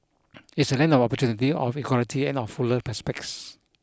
it's a land of opportunity of equality and of fuller prospects